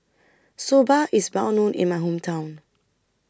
Soba IS Well known in My Hometown